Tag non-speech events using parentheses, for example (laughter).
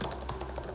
(noise)